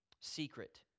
secret